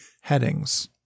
headings